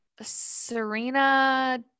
Serena